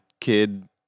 kid